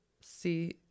see